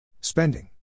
Spending